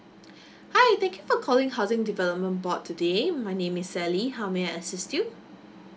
hi thank you for calling housing development board today my name is sally how may I assist you